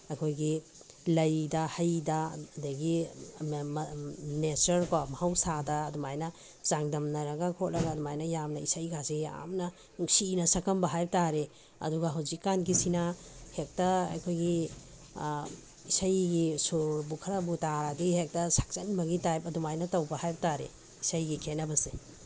ꯑꯩꯈꯣꯏꯒꯤ ꯂꯩꯗ ꯍꯩꯗ ꯑꯗꯒꯤ ꯅꯦꯆꯔꯀꯣ ꯃꯍꯧꯁꯥꯗ ꯑꯗꯨꯃꯥꯏꯅ ꯆꯥꯡꯗꯝꯅꯔꯒ ꯈꯣꯠꯂꯒ ꯑꯗꯨꯃꯥꯏꯅ ꯌꯥꯝꯅ ꯏꯁꯩꯒꯁꯦ ꯌꯥꯝꯅ ꯅꯨꯡꯁꯤꯅ ꯁꯛꯂꯝꯕ ꯍꯥꯏꯕ ꯇꯥꯔꯦ ꯑꯗꯨꯒ ꯍꯧꯖꯤꯛꯀꯥꯟꯒꯤꯁꯤꯅ ꯍꯦꯛꯇ ꯑꯩꯈꯣꯏꯒꯤ ꯏꯁꯩꯒꯤ ꯁꯨꯔꯕꯨ ꯈꯔꯕꯨ ꯇꯥꯔꯗꯤ ꯍꯦꯛꯇ ꯁꯛꯆꯟꯕꯒꯤ ꯇꯥꯏꯞ ꯑꯗꯨꯃꯥꯏꯅ ꯇꯧꯕ ꯍꯥꯏꯕ ꯇꯥꯔꯦ ꯏꯁꯩꯒꯤ ꯈꯦꯅꯕꯁꯦ